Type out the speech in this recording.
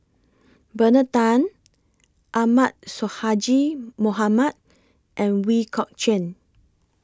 Bernard Tan Ahmad Sonhadji Mohamad and We Kok Chuen